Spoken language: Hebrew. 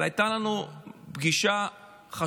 אבל הייתה לנו פגישה חשובה,